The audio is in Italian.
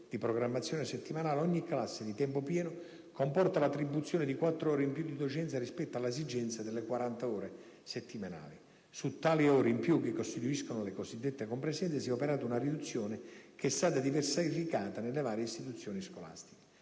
di programmazione settimanali), ogni classe di tempo pieno comporta l'attribuzione di 4 ore in più di docenza rispetto all'esigenza delle 40 ore settimanali. Su tali ore in più, che costituiscono le cosiddette compresenze, si è operata una riduzione che è stata diversificata nelle varie istituzioni scolastiche.